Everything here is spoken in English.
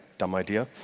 dumb idea.